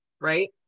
Right